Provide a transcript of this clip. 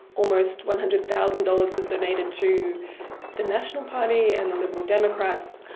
almost one hundred thousand dollars was donated to the national party and the liberal democrats.